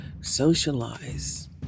socialize